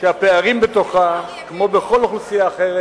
שהפערים בתוכה כמו בכל אוכלוסייה אחרת